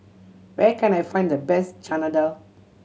where can I find the best Chana Dal